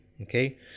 Okay